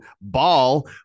ball